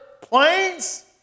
planes